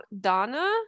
Donna